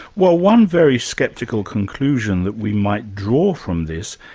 well one very sceptical conclusion that we might draw from this,